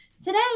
Today